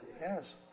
Yes